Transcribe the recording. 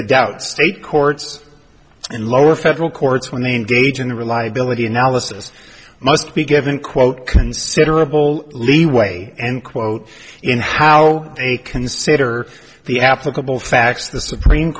the doubt state courts and lower federal courts when they engage in the reliability analysis must be given quote considerable leeway and quote in how they consider the applicable facts the supreme